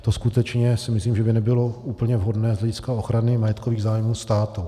To si skutečně myslím, že by nebylo úplně vhodné z hlediska ochrany majetkových zájmů státu.